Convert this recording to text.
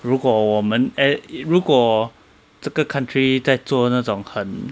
如果我们 eh 如果这个 country 在做那种很